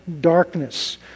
darkness